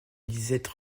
lisette